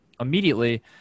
immediately